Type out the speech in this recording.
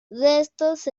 restos